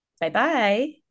bye-bye